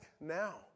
now